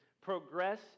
progress